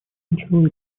начало